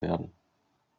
werden